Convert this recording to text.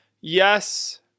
yes